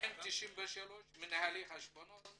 293 מנהלי חשבונות